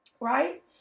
right